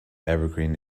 evergreen